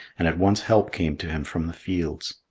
and at once help came to him from the fields.